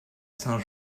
saint